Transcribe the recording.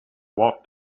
walked